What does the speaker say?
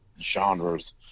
genres